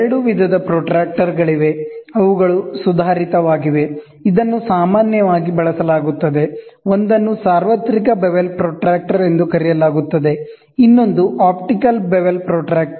ಎರಡು ವಿಧದ ಪ್ರೊಟ್ರಾಕ್ಟರ್ಗಳಿವೆ ಅವುಗಳು ಸುಧಾರಿತವಾಗಿವೆ ಇದನ್ನು ಸಾಮಾನ್ಯವಾಗಿ ಬಳಸಲಾಗುತ್ತದೆ ಒಂದನ್ನು ಯೂನಿವರ್ಸಲ್ ಬೆವೆಲ್ ಪ್ರೋಟ್ರಕ್ಟರ್ ಎಂದು ಕರೆಯಲಾಗುತ್ತದೆ ಇನ್ನೊಂದು ಆಪ್ಟಿಕಲ್ ಬೆವೆಲ್ ಪ್ರೊಟ್ರಾಕ್ಟರ್